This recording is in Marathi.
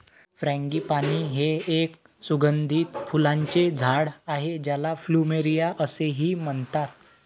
फ्रँगीपानी हे एक सुगंधी फुलांचे झाड आहे ज्याला प्लुमेरिया असेही म्हणतात